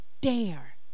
dare